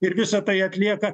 ir visą tai atlieka